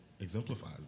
exemplifies